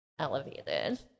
elevated